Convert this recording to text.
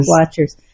Watchers